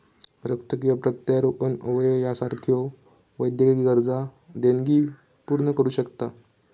रक्त किंवा प्रत्यारोपण अवयव यासारख्यो वैद्यकीय गरजा देणगी पूर्ण करू शकता